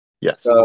Yes